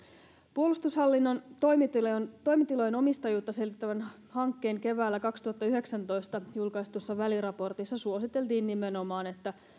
puolustushallinnon toimitilojen toimitilojen omistajuutta selvittävän hankkeen keväällä kaksituhattayhdeksäntoista julkaistussa väliraportissa suositeltiin nimenomaan että